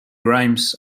rhymes